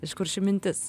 iš kur ši mintis